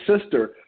sister